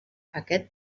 aquest